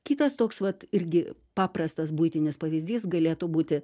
kitas toks vat irgi paprastas buitinis pavyzdys galėtų būti